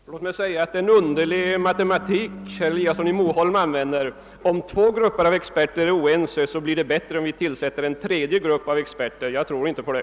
Herr talman! Låt mig säga att det är en underlig matematik som herr Eliasson i Moholm använder. Om två grupper experter är oense skulle resultatet enligt hans uppfattning bli bättre genom att det tillsättes en tredje grupp. Jag tror inte på det!